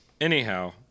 Anyhow